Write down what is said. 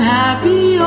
happy